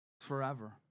Forever